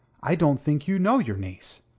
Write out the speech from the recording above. i don't think you know your niece.